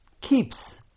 keeps